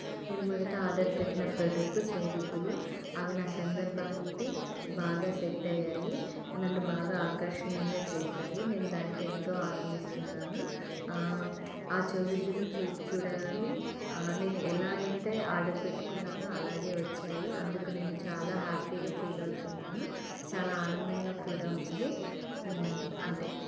నేను మొదట ఆర్డర్ పెట్టిన ప్రొడక్టు చెవి దిద్దులు అవి నా సందర్భానికి బాగా సెట్ అయ్యాయి నన్ను బాగా ఆకర్షణీయంగా చేశాయి నేను దానికి ఎంతో ఆనందిస్తున్నాను ఆ చవిదిద్దులు చూ చూడగానే నేను ఎలాగైతే ఆర్డర్ పెట్టుకున్నానో అలాగే వచ్చాయి అందుకు నేను చాలా హ్యాపీగా ఫీల్ అవుతున్నాను చాలా ఆనందంగా కూడా ఉంది అంతే